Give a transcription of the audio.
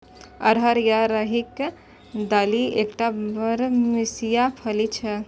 अरहर या राहरिक दालि एकटा बरमसिया फली छियै